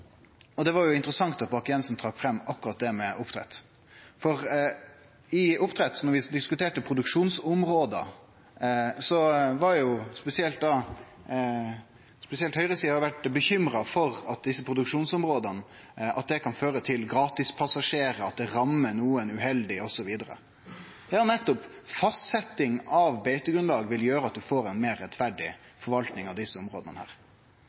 var interessant at Bakke-Jensen trekte fram akkurat oppdrett. Da vi diskuterte produksjonsområde, var spesielt høgresida bekymra for at desse produksjonsområda kunne føre til gratispassasjerar, at det ramma nokon uheldig osv. Ja, nettopp! Fastsetjing av beitegrunnlag vil gjere at ein får ei meir rettferdig forvalting av desse